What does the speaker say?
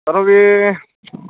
आरो बे